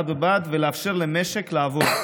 ובד בבד לאפשר למשק לעבוד.